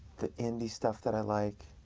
the indie stuff that i like,